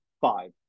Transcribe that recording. five